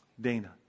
Dana